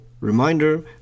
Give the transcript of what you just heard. Reminder